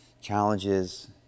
challenges